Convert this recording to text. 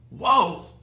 whoa